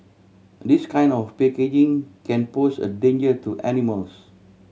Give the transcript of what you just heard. this kind of packaging can pose a danger to animals